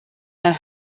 and